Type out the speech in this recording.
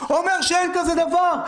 אומר שאין כזה דבר.